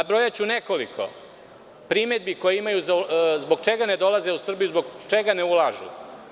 Nabrojaću nekoliko primedbi koje imaju zbog čega ne dolaze u Srbiju, zbog čega ne ulažu.